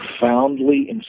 profoundly